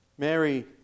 Mary